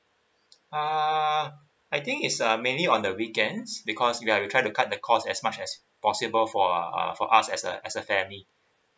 um I think it's uh mainly on the weekends because ya we try to cut the cost as much as possible for uh for us as a as a family